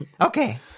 Okay